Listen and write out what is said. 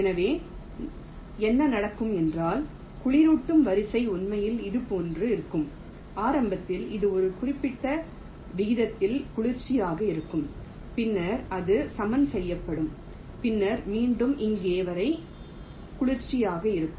எனவே என்ன நடக்கும் என்றால் குளிரூட்டும் வரிசை உண்மையில் இதுபோன்று இருக்கும் ஆரம்பத்தில் இது ஒரு குறிப்பிட்ட விகிதத்தில் குளிர்ச்சியாக இருக்கும் பின்னர் அது சமன் செய்யப்படும் பின்னர் மீண்டும் இங்கே வரை குளிர்ச்சியாக இருக்கும்